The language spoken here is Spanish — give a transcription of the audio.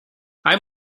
hay